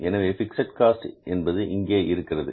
எனவே fixed cost என்பது இங்கே இருக்கிறது